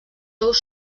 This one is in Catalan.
ous